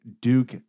Duke